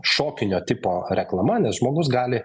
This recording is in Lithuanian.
šokinio tipo reklama nes žmogus gali